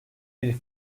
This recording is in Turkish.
bir